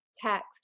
text